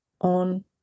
on